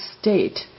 state